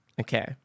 Okay